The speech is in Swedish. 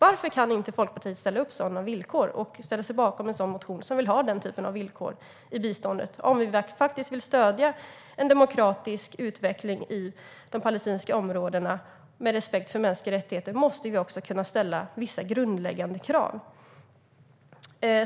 Varför kan Liberalerna inte ställa upp sådana villkor och ställa sig bakom en reservation som handlar om att dessa villkor ska ställas upp för biståndet? Om vi faktiskt vill stödja en demokratisk utveckling i de palestinska områdena med respekt för mänskliga rättigheter måste vi också kunna ställa vissa grundläggande krav.